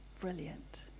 brilliant